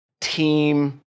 team